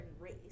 race